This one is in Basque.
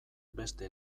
beste